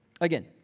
Again